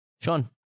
Sean